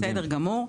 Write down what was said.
בסדר גמור.